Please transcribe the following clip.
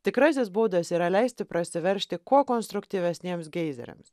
tikrasis būdas yra leisti prasiveržti kuo konstruktyvesniems geizeriams